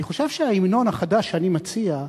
אני חושב שההמנון החדש שאני מציע,